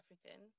African